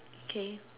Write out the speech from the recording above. okay